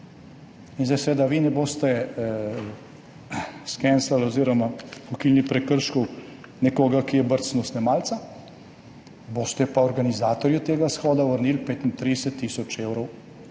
In zdaj seveda vi ne boste skenslali oziroma ukinili prekrškov, nekoga ki je brcnil snemalca, boste pa organizatorju tega shoda vrnili 35 tisoč evrov